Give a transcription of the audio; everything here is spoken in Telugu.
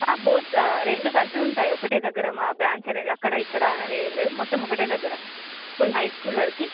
ఆ బోర్డ్ రెండు కలిపి ఉంటాయి ఒక దగ్గర మా బ్రాంచ్ అనేది అక్కడ ఇక్కడ అనేది ఏమి లేదు మొత్తం ఒక దగ్గర ఫుల్ హై స్కూల్ వరకు